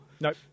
Nope